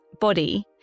body